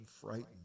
frightened